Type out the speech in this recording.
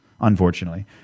unfortunately